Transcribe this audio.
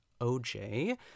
OJ